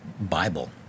Bible